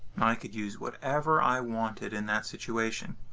i could use whatever i wanted in that situation.